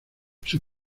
sus